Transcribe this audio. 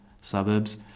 suburbs